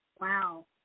Wow